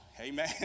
Amen